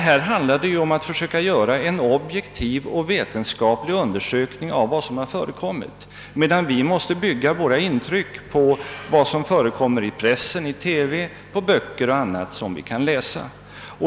Här gäller det emellertid att försöka göra en objektiv, vetenskaplig undersökning av vad som har förekommit, medan vi måste bygga våra intryck på vad som meddelas i pressen, i TV och i böcker och annat som vi kan läsa.